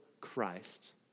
Christ